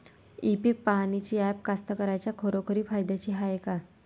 इ पीक पहानीचं ॲप कास्तकाराइच्या खरोखर फायद्याचं हाये का?